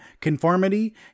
conformity